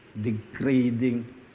degrading